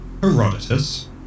Herodotus